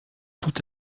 tout